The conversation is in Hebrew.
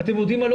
ואתם יודעים מה,